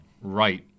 Right